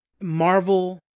Marvel